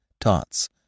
tots